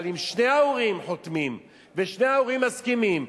אבל אם שני ההורים חותמים ושני ההורים מסכימים,